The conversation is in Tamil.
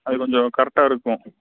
அது கொஞ்சம் கரெக்டாக இருக்கும்